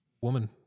woman